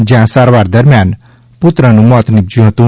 જયાં સારવાર દરમિયાન પુત્રનું મોત નિપજયું હતું